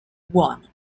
buono